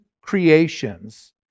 creations